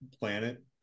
planet